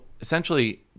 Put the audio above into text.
essentially